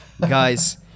guys